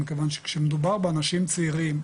מכיוון שמדובר באנשים צעירים,